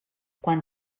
quan